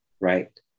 right